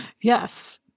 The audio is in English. Yes